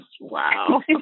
wow